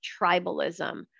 tribalism